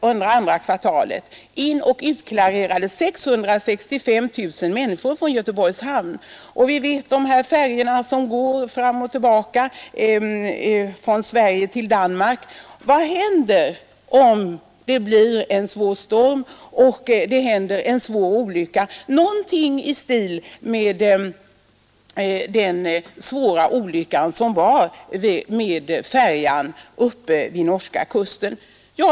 Under andra kvartalet i år inoch utklarerades 665 000 människor från Göteborgs hamn. Det går färjor fram och tillbaka mellan Sverige och Danmark — vad händer om det blir en svår storm och det inträffar någonting i stil med den svåra olyckan med en färja vid norska kusten?